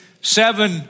seven